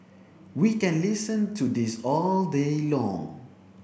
we can listen to this all day long